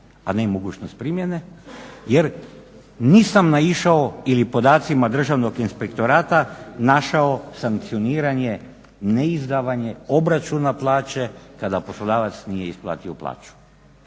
a ne mogućnost primjene jer nisam naišao ili podacima Državnog inspektorata našao sankcioniranje neizdavanja obračuna plaće kada poslodavac nije isplatio plaću.